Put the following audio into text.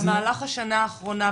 במהלך השנה האחרונה,